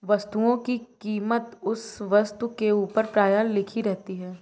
वस्तुओं की कीमत उस वस्तु के ऊपर प्रायः लिखी रहती है